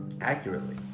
Accurately